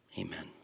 amen